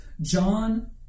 John